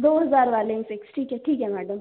दो हजार वाला ही फिक्स है तो ठीक है मैडम